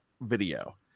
video